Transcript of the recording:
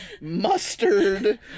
mustard